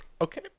Okay